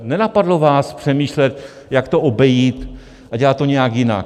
Nenapadlo vás přemýšlet, jak to obejít a dělat to nějak jinak.